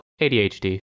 ADHD